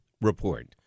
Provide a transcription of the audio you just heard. report